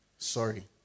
Sorry